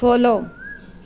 follow